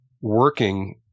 working